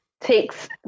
takes